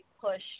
push